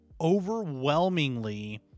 Overwhelmingly